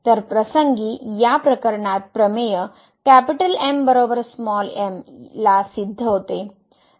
तर प्रसंगी या प्रकरणात प्रमेय M m ला सिद्ध होते